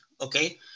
okay